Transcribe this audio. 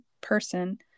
person